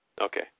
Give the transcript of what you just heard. Okay